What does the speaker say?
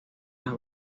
las